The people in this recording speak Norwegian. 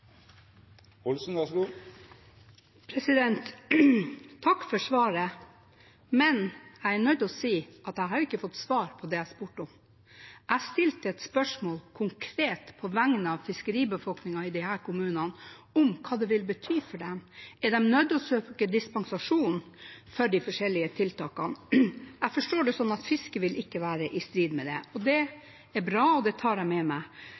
nødt til å si at jeg har jo ikke fått svar på det jeg spurte om. Jeg stilte et spørsmål, konkret, på vegne av fiskeribefolkningen i disse kommunene, om hva det vil bety for dem. Er de nødt til å søke om dispensasjon for de forskjellige tiltakene? Jeg forstår det slik at fiske ikke vil være i strid med det. Det er bra, og det tar jeg med meg.